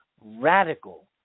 radical